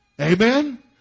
Amen